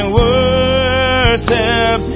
worship